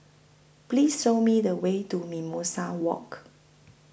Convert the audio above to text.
Please Show Me The Way to Mimosa Walk